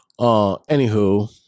Anywho